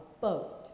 boat